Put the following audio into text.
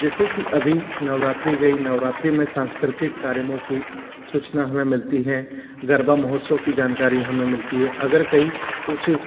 जैसे कि अभी नवरात्रि गई नवरात्रि में सांस्कृतिक कार्यमों की सूचना हमें मिलती है गरबा महोत्सव की जानकारी हमें मिलती है अगर कई कुछ